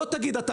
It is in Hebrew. בוא תגיד אתה,